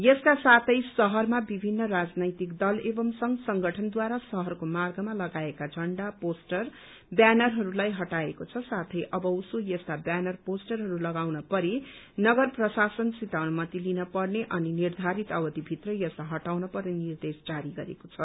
यसका साथै शहरमा विभिन्न राजनैतिक दल एवं संघ संगठनद्वारा शहरको मार्गमा लगाएका झण्डा पोस्टर ब्यानरहरूलाई हटाएको छ साथै अब उसो यस्ता ब्यानर पोस्टरहरू लगाउन परे नगर प्रशासनसित अनुमति लिन पर्ने अनि निर्धारित अवधिभित्र यसलाई हटाउन पर्ने निर्देश जारी गरेको छ